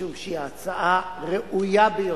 משום שהיא הצעה ראויה ביותר.